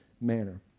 manner